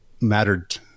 mattered